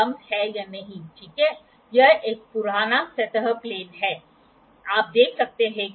तो हमने क्या किया है कि हम एक सपाट प्लेट लेते हैं इसलिए पहले हम 27° बनाने की कोशिश करते हैं